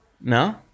No